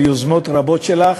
על יוזמות רבות שלך.